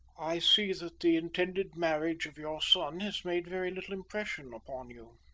i see that the intended marriage of your son has made very little impression upon you.